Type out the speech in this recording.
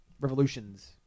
revolutions